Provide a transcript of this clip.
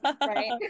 Right